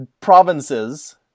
provinces